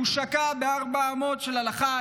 הוא שקע בארבע האמות של ההלכה,